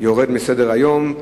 יורד מסדר-היום.